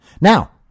Now